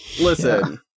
listen